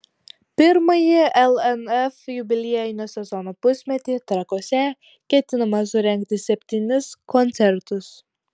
pirmąjį lnf jubiliejinio sezono pusmetį trakuose ketinama surengti septynis koncertus